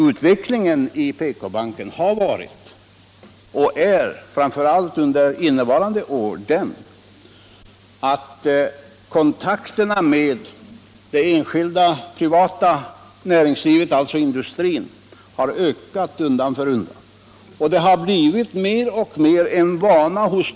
Utvecklingen i PK-banken har varit och är framför allt under innevarande år den att kontakterna med det enskilda privata näringslivet, alltså industrin, har ökat undan för undan.